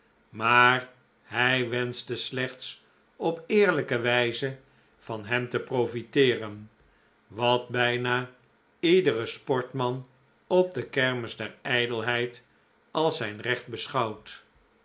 maar hij wenschte slechts op eerlijke wijze van hem te profiteeren wat bijna iedere sportman op de kermis der ijdelheid als zijn recht beschouwt